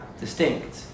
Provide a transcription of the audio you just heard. distinct